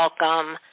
Welcome